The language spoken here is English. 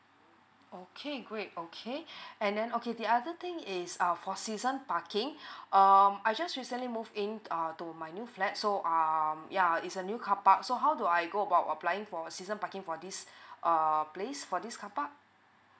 okay great okay and then okay the other thing is err for season parking um I just recently move in err to my new flat so um yeah it's a new car park so how do I go about applying for season parking for this err place for this car park